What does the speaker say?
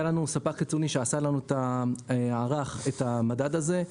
היה לנו ספק חיצוני שערך את המדד הזה.